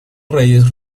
reyes